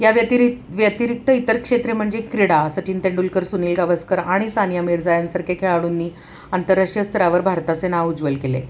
या व्यतिरिक व्यतिरिक्त इतर क्षेत्रे म्हणजे क्रीडा सचिन तेंडुलकर सुनील गावस्कर आणि सानिया मिर्झा यांसारख्या खेळाडूंनी आंतरराष्ट्रीय स्तरावर भारताचे नाव उज्वल केले